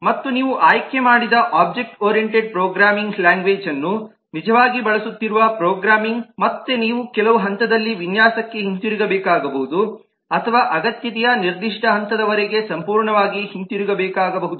ಮತ್ತು ನೀವು ಆಯ್ಕೆ ಮಾಡಿದ ಒಬ್ಜೆಕ್ಟ್ ಓರಿಯಂಟೆಡ್ ಪ್ರೋಗ್ರಾಮಿಂಗ್ ಲ್ಯಾಂಗ್ವೇಜನ್ನು ನಿಜವಾಗಿ ಬಳಸುತ್ತಿರುವ ಪ್ರೋಗ್ರಾಮಿಂಗ್ ಮತ್ತೆ ನೀವು ಕೆಲವು ಹಂತದಲ್ಲಿ ವಿನ್ಯಾಸಕ್ಕೆ ಹಿಂತಿರುಗಬೇಕಾಗಬಹುದು ಅಥವಾ ಅಗತ್ಯತೆಯ ನಿರ್ದಿಷ್ಟ ಹಂತದವರೆಗೆ ಸಂಪೂರ್ಣವಾಗಿ ಹಿಂತಿರುಗಬೇಕಾಗಬಹುದು